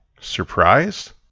surprised